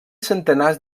centenars